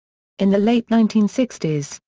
in the late nineteen sixty s,